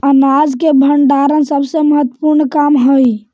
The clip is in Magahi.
अनाज के भण्डारण सबसे महत्त्वपूर्ण काम हइ